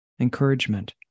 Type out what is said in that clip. encouragement